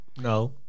No